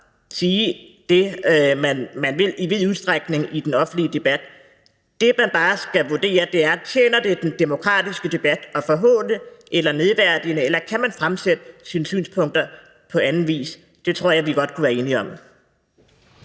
sige det, man vil, i den offentlige debat. Det, man bare skal vurdere, er: Tjener det den demokratiske debat at forhåne eller nedværdige, eller kan man fremsætte sine synspunkter på anden vis? Det tror jeg vi godt kunne være enige om.